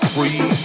Free